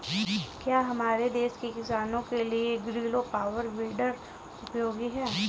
क्या हमारे देश के किसानों के लिए ग्रीलो पावर वीडर उपयोगी है?